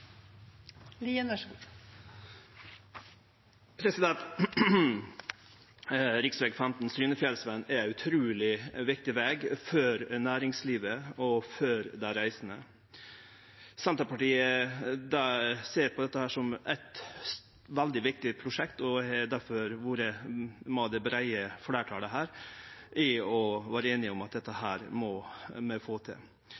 ser på dette som eit veldig viktig prosjekt og har difor vore ein del av det breie fleirtalet her når det gjeld å vere einige om at dette må vi få til.